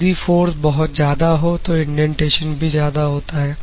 यदि फोर्स बहुत ज्यादा हो तो इंडेंटेशन भी ज्यादा होता है